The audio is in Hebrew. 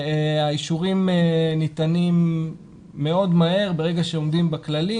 האישורים ניתנים מאוד מהר ברגע שעומדים בכללים.